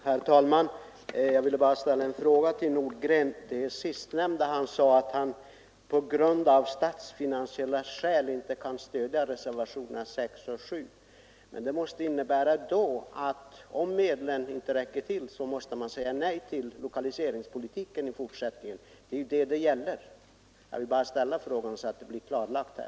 Herr talman! Jag vill bara ställa en fråga till herr Nordgren med anledning av vad han sade att han av statsfinansiella skäl inte kan stödja reservationerna 6 och 7. Det måste väl innebära att om medlen inte räcker till skall man säga nej till lokaliseringspolitiken i fortsättningen? Det är ju detta saken gäller.